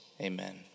Amen